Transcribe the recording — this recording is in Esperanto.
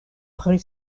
pri